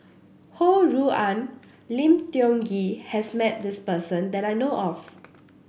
Ho Rui An Lim Tiong Ghee has met this person that I know of